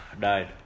died